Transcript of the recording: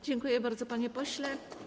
Dziękuję bardzo, panie pośle.